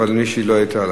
אבל מישהי לא היתה,